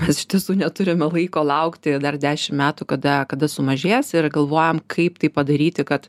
mes iš tiesų neturime laiko laukti dar dešim metų kada kada sumažės ir galvojam kaip tai padaryti kad